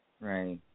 Right